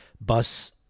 bus